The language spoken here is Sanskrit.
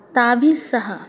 ताभिस्सह